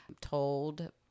told